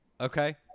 Okay